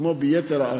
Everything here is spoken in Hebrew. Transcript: כמו ביתר הארץ,